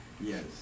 Yes